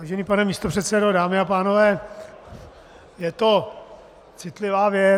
Vážený pane místopředsedo, dámy a pánové, je to citlivá věc.